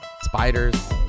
spiders